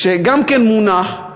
שגם כן מונח,